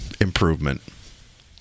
improvement